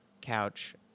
couch